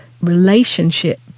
relationship